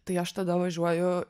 tai aš tada važiuoju